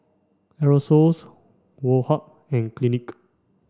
Aerosoles Woh Hup and Clinique